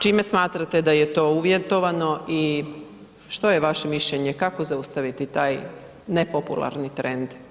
Čime smatrate da je to uvjetovano i što je vaše mišljenje, kako zaustaviti taj nepopularni trend?